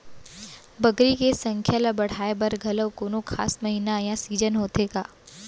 बकरी के संख्या ला बढ़ाए बर घलव कोनो खास महीना या सीजन होथे का?